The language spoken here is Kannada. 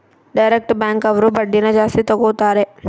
ಡೈರೆಕ್ಟ್ ಬ್ಯಾಂಕ್ ಅವ್ರು ಬಡ್ಡಿನ ಜಾಸ್ತಿ ತಗೋತಾರೆ